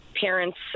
parents